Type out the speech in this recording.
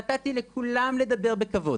נתתי לכולם לדבר בכבוד,